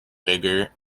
figure